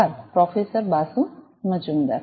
આભાર પ્રોફેસર બાસુ મજમુદરે